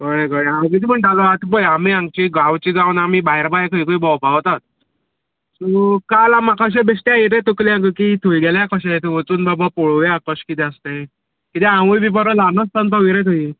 हय गड्या हांव किदें म्हणटालो आतां पळय आमी हांगचे गांवची जावन आमी भायर भायर खंय खंय भोंवता वता सो काल म्हाका बेश्टें आयिल्लें तकल्याक की थंय गेल्या कशें थंय वचून बाबा पळोवया कशें कितें आसा तें किद्याक हांवूय बी बरो ल्हान आसतना पाविलो रे थंय